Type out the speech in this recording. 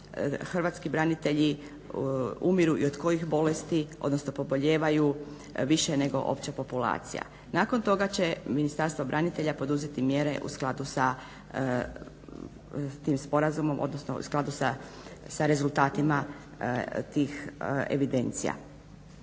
hrvatski branitelji umiru i od kojih bolesti odnosno poboljevaju više nego opća populacija. Nakon toga će Ministarstvo branitelja poduzeti mjere u skladu sa tim sporazumom odnosno sa rezultatima tih evidencija.